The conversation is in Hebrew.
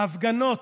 ההפגנות,